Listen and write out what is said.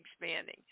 expanding